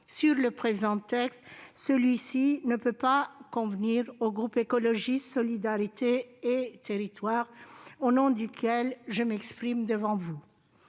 sur le présent texte, celui-ci ne convient pas au groupe Écologiste - Solidarité et Territoires, au nom duquel je m'exprime devant vous.